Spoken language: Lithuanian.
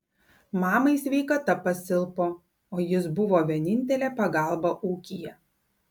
mamai sveikata pasilpo o jis buvo vienintelė pagalba ūkyje